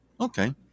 Okay